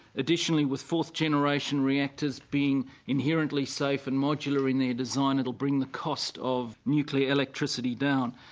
additionally with fourth generation reactors being inherently safe and modular in their design it'll bring the cost of nuclear electricity down.